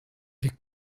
vez